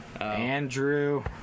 Andrew